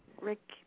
Rick